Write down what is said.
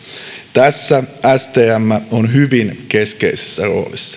tässä stm on hyvin keskeisessä roolissa